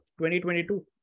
2022